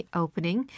opening